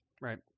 right